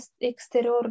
exterior